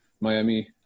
Miami